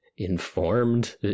informed